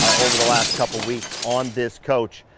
over the last couple weeks on this coach.